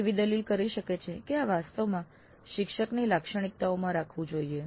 કોઈ એવી દલીલ કરી શકે છે કે આ વાસ્તવમાં શિક્ષકની લાક્ષણિકતાઓમાં રાખવું જોઈએ